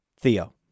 theo